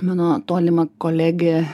mano tolima kolegė